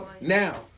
Now